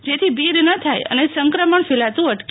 જેથી ભીડ ન થાય અને સંક્રમણ ફેલાતું અટકે